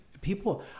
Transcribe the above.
people